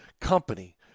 company